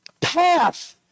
path